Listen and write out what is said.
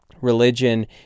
religion